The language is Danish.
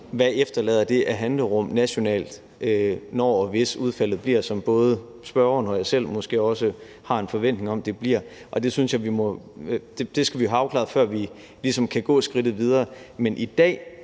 det efterlader af handlerum nationalt, når og hvis udfaldet bliver, som både spørgeren og jeg selv måske også har en forventning om det bliver, og det skal vi jo have afklaret, før vi ligesom kan gå skridtet videre. I dag